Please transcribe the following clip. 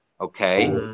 okay